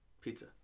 pizza